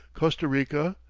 costa-rica,